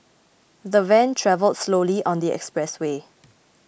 the van travelled slowly on the expressway